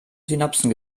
synapsen